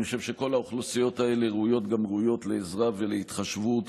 אני חושב שכל האוכלוסיות האלה ראויות גם ראויות לעזרה ולהתחשבות